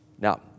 Now